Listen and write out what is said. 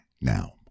now